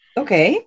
okay